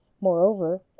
Moreover